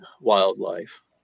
wildlife